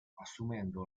assumendo